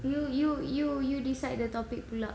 you you you you decide the topic pula